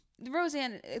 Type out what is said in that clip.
Roseanne